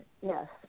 Yes